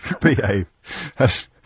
Behave